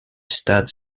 stade